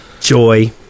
Joy